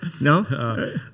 no